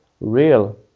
real